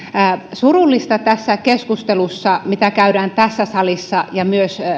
surullista tässä keskustelussa mitä käydään tässä salissa ja myös